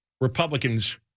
Republicans